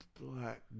black